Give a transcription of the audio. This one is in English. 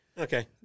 Okay